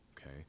okay